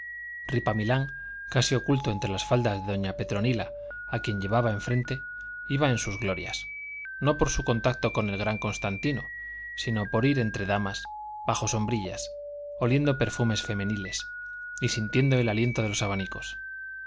arcipreste ripamilán casi oculto entre las faldas de doña petronila a quien llevaba enfrente iba en sus glorias no por su contacto con el gran constantino sino por ir entre damas bajo sombrillas oliendo perfumes femeniles y sintiendo el aliento de los abanicos